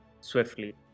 swiftly